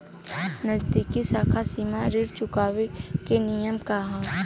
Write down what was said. नगदी साख सीमा ऋण चुकावे के नियम का ह?